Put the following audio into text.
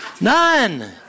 None